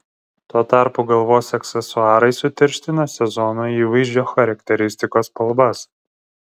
tuo tarpu galvos aksesuarai sutirština sezono įvaizdžio charakteristikos spalvas